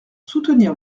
soutenir